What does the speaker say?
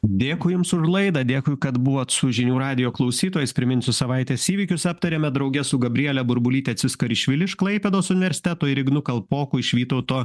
dėkui jums už laidą dėkui kad buvot su žinių radijo klausytojais priminsiu savaitės įvykius aptariame drauge su gabriele burbulytė tsiskarishvili iš klaipėdos universiteto ir ignui kalpokui iš vytauto